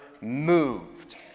moved